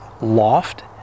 loft